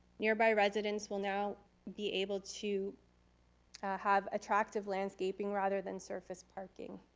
nearby residents will now be able to have attractive landscaping rather than surface parking.